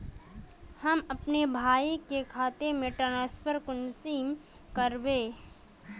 हम अपना भाई के खाता में ट्रांसफर कुंसम कारबे?